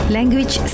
Language